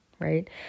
Right